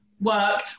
work